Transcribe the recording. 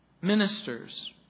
ministers